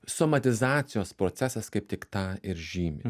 somatizacijos procesas kaip tik tą ir žymi